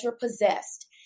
possessed